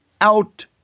out